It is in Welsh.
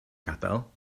gadael